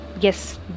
yes